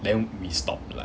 then we stop